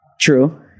True